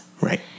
right